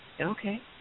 Okay